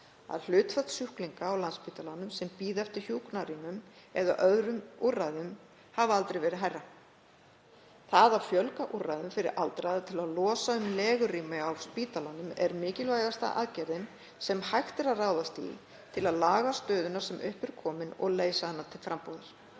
að hlutfall sjúklinga á Landspítalanum sem bíða eftir hjúkrunarrýmum eða öðrum úrræðum hafi aldrei verið hærra. Það að fjölga úrræðum fyrir aldraða til að losa um legurými á spítalanum er mikilvægasta aðgerðin sem hægt er að ráðast í til að laga stöðuna sem upp er komin og leysa hana til frambúðar.